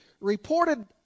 reported